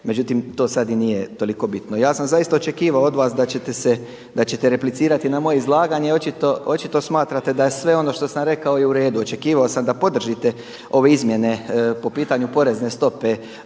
međutim to sada i nije toliko bitno. Ja sam zaista očekivao od vas da ćete replicirati na moje izlaganje, očito smatrate da je sve ono što sam rekao i uredu, očekivao sam da podržite ove izmjene po pitanju porezne stope